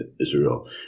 Israel